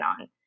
on